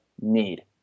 need